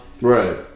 Right